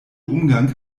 umgang